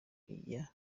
iya